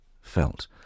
felt